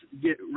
get